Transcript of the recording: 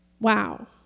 Wow